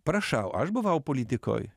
prašau aš buvau politikoj